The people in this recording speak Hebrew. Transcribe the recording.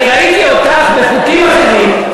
אני ראיתי אותך בחוקים אחרים,